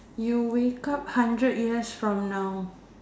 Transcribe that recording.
you wake up hundreds years from now